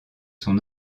son